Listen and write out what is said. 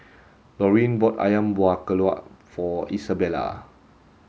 Laurene bought Ayam Buah Keluak for Isabela